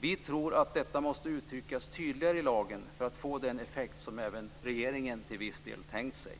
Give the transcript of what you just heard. Vi tror att detta måste uttryckas tydligare i lagen för att det ska få den effekt som även regeringen till viss del har tänkt sig.